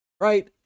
right